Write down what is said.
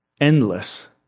endless